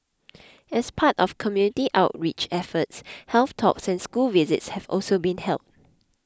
as part of community outreach efforts health talks and school visits have also been held